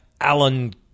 Alan